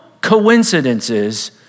coincidences